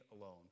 alone